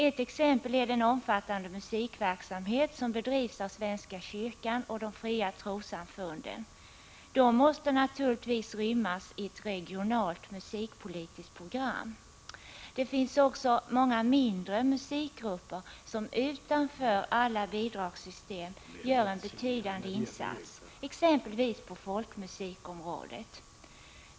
Ett exempel är den omfattande musikverksamhet som bedrivs av Svenska kyrkan och de fria trossamfunden. Den måste naturligtvis rymmas i ett regionalt musikpolitiskt program. Det finns också många mindre musikgrupper, som utanför alla bidragssystem gör en betydande insats, t.ex. på folkmusikområdet.